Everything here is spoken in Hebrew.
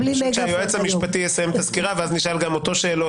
שהיועץ המשפטי יסיים את הסקירה ואז נשאל גם אותו שאלות,